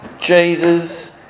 Jesus